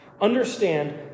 understand